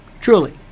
Truly